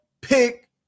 pick